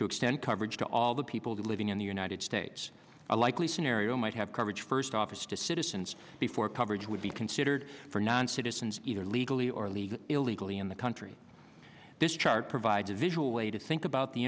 to extend coverage to all the people living in the united states a likely scenario might have coverage first office to citizens before coverage would be considered for non citizens either legally or illegally illegally in the country this chart provides a visual way to think about the